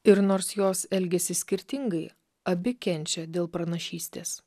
ir nors jos elgiasi skirtingai abi kenčia dėl pranašystės